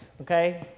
okay